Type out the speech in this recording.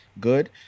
good